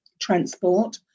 transport